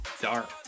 dark